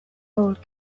old